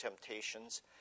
temptations